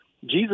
Jesus